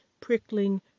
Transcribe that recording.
prickling